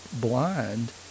blind